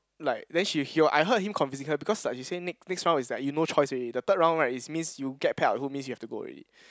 like then she hear I heard him convincing her because like she say next next round is like you no choice already the third round right is means you get paired up with who means you have to go already